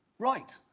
right,